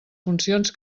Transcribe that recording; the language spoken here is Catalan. funcions